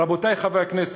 רבותי חברי הכנסת,